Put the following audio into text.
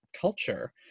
culture